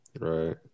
Right